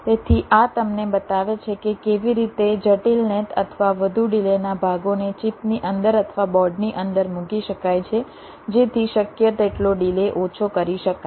તેથી આ તમને બતાવે છે કે કેવી રીતે જટિલ નેટ અથવા વધુ ડિલેના ભાગોને ચિપની અંદર અથવા બોર્ડની અંદર મૂકી શકાય છે જેથી શક્ય તેટલો ડિલે ઓછો કરી શકાય